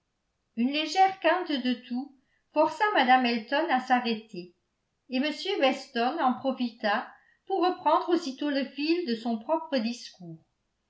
une légère quinte de toux força mme elton à s'arrêter et m weston en profita pour reprendre aussitôt le fil de son propre discours